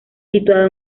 situado